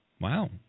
Wow